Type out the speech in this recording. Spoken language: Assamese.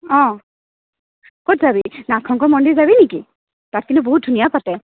ক'ত যাবি নাগ শংকৰ মন্দিৰ যাবি নেকি তাত কিন্তু বহুত ধুনীয়া পাতে